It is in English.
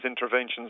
interventions